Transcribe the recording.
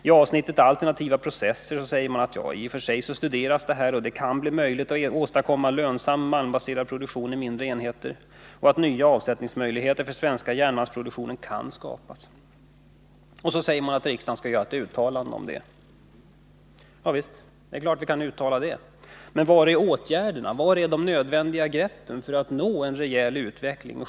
I avsnittet om alternativa processer säger man att det här studeras, att det kan bli möjligt att åstadkomma en lönsam malmbaserad produktion i mindre enheter och att nya avsättningsmöjligheter för den svenska järnmalmsproduktionen kan skapas. Och — så föreslår man att riksdagen gör ett uttalande om det! Javisst, det är klart att vi kan göra det, men var finns åtgärderna och de nödvändiga greppen för att få till stånd en rejäl utveckling?